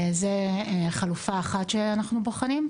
זאת חלופה אחת שאנחנו בוחנים.